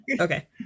Okay